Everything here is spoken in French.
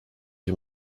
qui